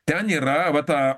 ten yra va ta